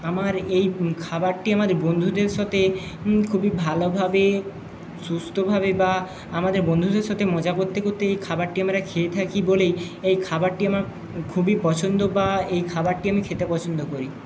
আমার এই খাবারটি আমার বন্ধুদের সাথে খুবই ভালোভাবে সুস্থভাবে বা আমাদের বন্ধুদের সাথে মজা করতে করতে এই খাবারটি আমরা খেয়ে থাকি বলেই এই খাবারটি আমার খুবই পছন্দ বা এই খাবারটি আমি খেতে পছন্দ করি